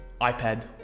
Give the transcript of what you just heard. iPad